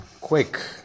quick